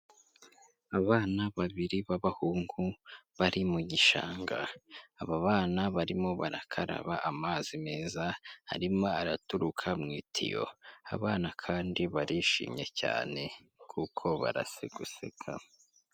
Abana babiri b'abahungu bari mu gishanga, aba bana barimo barakaraba amazi meza arimo araturuka mu itiyo, abana kandi barishimye cyane kuko bari guseka.